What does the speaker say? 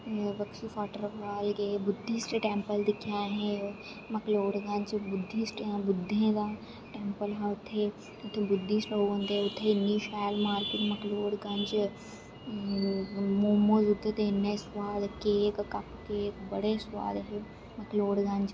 Bakshi waterfall गे Buddhist temple दिक्खेआ असें मकलोडगंज बुधिस्ट बुद्धें दा टैंपल हा उत्थें बुधिस्ट रौंह्दे उत्थें इन्नी शैल मार्किट मकलोडगंज मोमोस उत्थें दे इन्ने सोआद केक कप केक बड़े सोआद हे मकलोडगंज